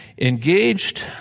engaged